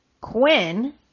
Quinn